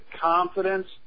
confidence